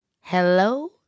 Hello